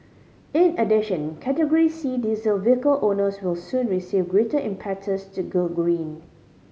in addition Category C diesel vehicle owners will soon receive greater impetus to go green